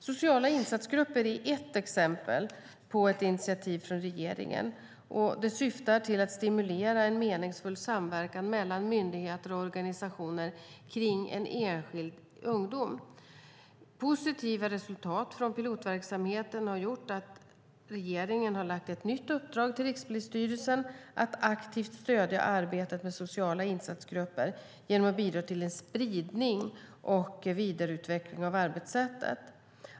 Sociala insatsgrupper är ett exempel på ett initiativ från regeringen i syfte att stimulera meningsfull samverkan mellan myndigheter och organisationer kring en enskild ungdom. Positiva resultat från pilotverksamheten har gjort att regeringen har lagt ett nytt uppdrag på Rikspolisstyrelsen att aktivt stödja arbetet med sociala insatsgrupper genom att bidra till en spridning och vidareutveckling av arbetssättet.